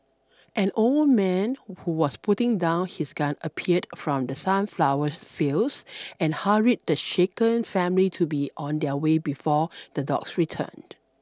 an old man who was putting down his gun appeared from the sunflower fields and hurried the shaken family to be on their way before the dogs return